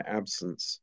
absence